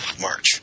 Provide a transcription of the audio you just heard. March